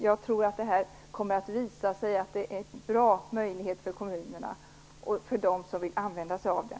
Jag tror att det kommer att visa sig att den här möjligheten är bra för kommunerna och för dem som vill använda sig av den.